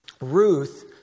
Ruth